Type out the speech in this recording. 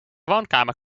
woonkamer